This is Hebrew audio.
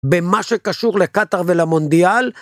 במה שקשור לקטר ולמונדיאל.